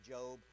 Job